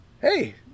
hey